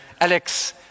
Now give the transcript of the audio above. Alex